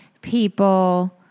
people